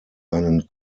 einen